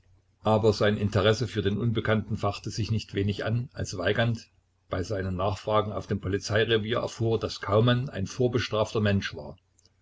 aber sein interesse für den unbekannten fachte sich nicht wenig an als weigand bei seinen nachfragen auf dem polizeirevier erfuhr daß kaumann ein vorbestrafter mensch war